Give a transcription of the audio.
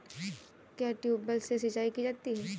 क्या ट्यूबवेल से सिंचाई की जाती है?